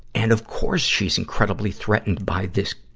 and of course she's incredibly threatened by this